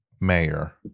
mayor